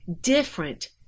different